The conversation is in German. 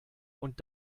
und